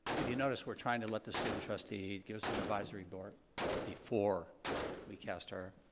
if you notice we're trying to let the student trustee give us an advisory board vote before we cast our